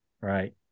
right